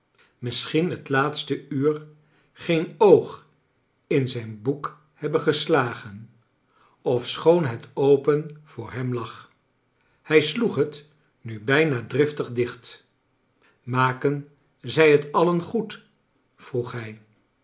misschien het laatste uur geen oog in zijn boek hebben gestagen ofschoon het open voor hem lag hij sloeg het nu bijna driftig dicht maken zij t alien goed vroeg hij